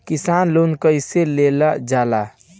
किसान लोन कईसे लेल जाला?